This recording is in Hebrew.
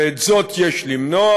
ואת זאת יש למנוע.